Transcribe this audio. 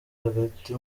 hagati